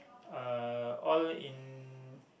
uh all in